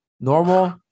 Normal